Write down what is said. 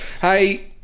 Hey